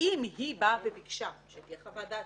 לבקש חוות דעת